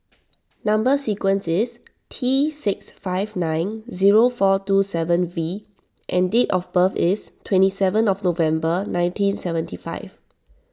Number Sequence is T six five nine zero four two seven V and date of birth is twenty seven of November nineteen seventy five